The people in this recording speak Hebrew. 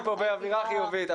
אני פה באווירה חיובית.